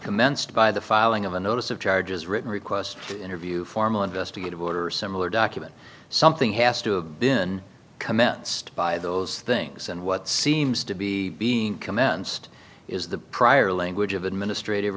commenced by the filing of a notice of charges written requests interview formal investigative order or similar document something has to been commenced by those things and what seems to be being commenced is the prior language of administrative